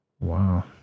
Wow